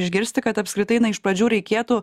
išgirsti kad apskritai na iš pradžių reikėtų